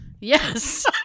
Yes